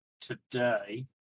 today